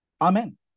Amen